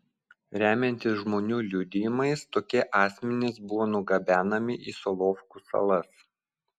remiantis žmonių liudijimais tokie asmenys buvo nugabenami į solovkų salas